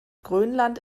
grönland